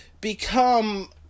become